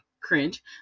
cringe